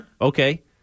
Okay